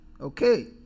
Okay